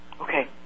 Okay